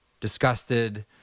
disgusted